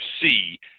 see